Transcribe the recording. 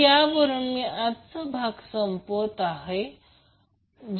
तर यावरून मी आजचा आपला भाग संपवत आहोत